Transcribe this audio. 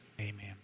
Amen